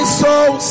soul